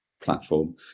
platform